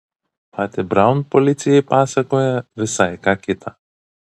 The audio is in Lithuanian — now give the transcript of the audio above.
pati braun policijai pasakoja visai ką kitą